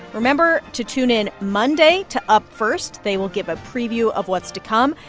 remember to tune in monday to up first. they will give a preview of what's to come.